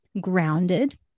grounded